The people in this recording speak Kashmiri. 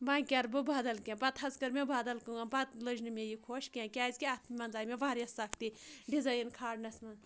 وۄنۍ کَر بہٕ بَدَل کینٛہہ پَتہٕ حظ کٔر مےٚ بَدَل کٲم پَتہٕ لٔج نہٕ مےٚ یہِ خۄش کینٛہہ کیازکہِ اَتھ منٛز آیہِ مےٚ واریاہ سَختِی ڈِزایِن کھالنَس منٛز